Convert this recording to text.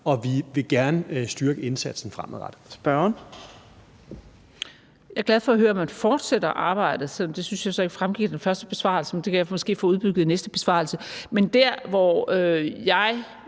Torp): Spørgeren. Kl. 15:37 Marie Krarup (DF): Jeg er glad for at høre, at man fortsætter arbejdet, selv om jeg ikke synes, det fremgik af den første besvarelse, men det kan jeg måske få uddybet i næste besvarelse. Men der, hvor jeg